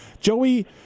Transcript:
Joey